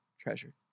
treasured